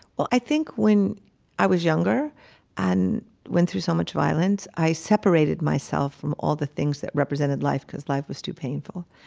well, i think when i was younger and went through so much violence, i separated myself from all the things that represented life cause life was too painful.